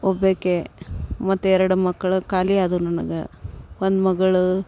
ಒಬ್ಬಾಕೆ ಮತ್ತು ಎರಡು ಮಕ್ಳು ಖಾಲಿ ಆದರು ನನಗೆ ಒಂದು ಮಗಳು